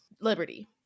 Liberty